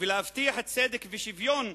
ולהבטיח צדק ושוויון,